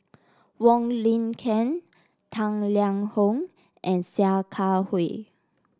Wong Lin Ken Tang Liang Hong and Sia Kah Hui